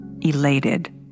elated